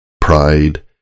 pride